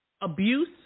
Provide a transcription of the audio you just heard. abuse